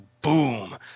boom